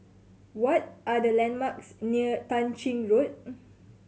what are the landmarks near Tah Ching Road